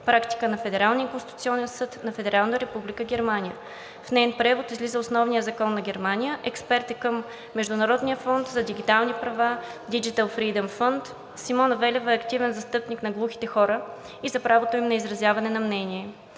практика на Федералния конституционен съд на Федерална република Германия. В неин превод излиза Основният закон на Германия. Експерт е към Международния фонд за дигитални права Digital Freedom Fund. Симона Велева е активен застъпник на глухите хора и за правото им на изразяване на мнение.